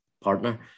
partner